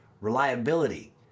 reliability